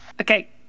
Okay